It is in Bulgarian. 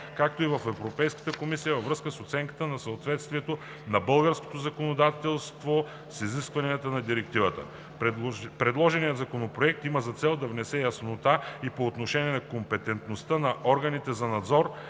както и от Европейската комисия във връзка с оценката на съответствието на българското законодателство с изискванията на Директивата. Предложеният законопроект има за цел да внесе яснота и по отношение на компетентността на органите за надзор